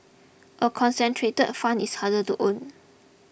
a concentrated fund is harder to own